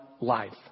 life